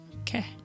Okay